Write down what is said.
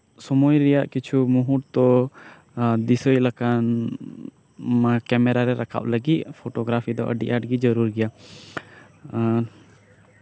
ᱥᱚᱢᱚᱭ ᱨᱮᱭᱟᱜ ᱠᱤᱪᱷᱩ ᱢᱩᱦᱩᱨᱛᱚ ᱫᱤᱥᱟᱹᱭ ᱞᱮᱠᱷᱟᱱ ᱠᱮᱢᱮᱨᱟ ᱨᱮ ᱨᱟᱠᱟᱵ ᱞᱟᱹᱜᱤᱫ ᱯᱷᱳᱴᱳᱜᱨᱟᱯᱷᱤ ᱫᱚ ᱟᱹᱰᱤ ᱟᱸᱴ ᱜᱮ ᱡᱟᱹᱨᱩᱲ ᱜᱮᱭᱟ ᱮᱫ